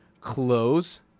close